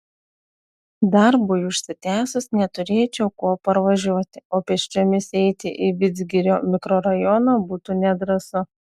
darbui užsitęsus neturėčiau kuo parvažiuoti o pėsčiomis eiti į vidzgirio mikrorajoną būtų nedrąsu